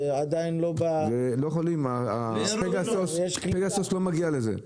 זה עדיין לא --- פגסוס לא מגיע לזה.